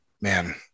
man